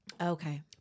Okay